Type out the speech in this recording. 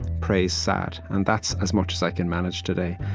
praise sad. and that's as much as i can manage today.